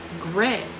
grit